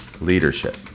leadership